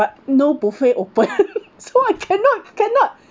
but no buffet open so I cannot cannot